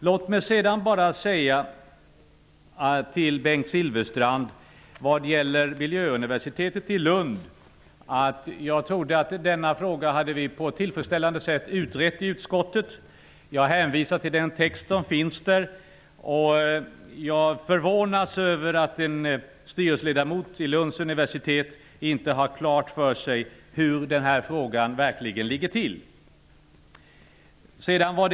Låt mig sedan säga till Bengt Silfverstrand vad gäller miljöuniversitetet i Lund att jag trodde att vi i utskottet hade utrett denna fråga på ett tillfredsställande sätt. Jag hänvisar till den text som finns i betänkandet. Och jag förvånas över att en styrelseledamot i Lund universitet inte har klart för sig hur det ligger till i denna fråga.